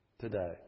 today